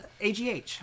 AGH